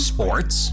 Sports